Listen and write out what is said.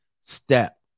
step